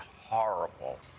horrible